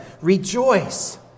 rejoice